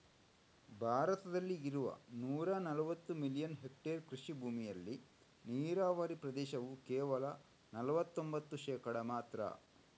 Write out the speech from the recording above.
ಭಾರತದಲ್ಲಿ ಇರುವ ನೂರಾ ನಲವತ್ತು ಮಿಲಿಯನ್ ಹೆಕ್ಟೇರ್ ಕೃಷಿ ಭೂಮಿಯಲ್ಲಿ ನೀರಾವರಿ ಪ್ರದೇಶವು ಕೇವಲ ನಲವತ್ತೊಂಭತ್ತು ಶೇಕಡಾ ಮಾತ್ರ